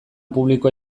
publikoa